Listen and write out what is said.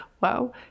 wow